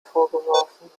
vorgeworfen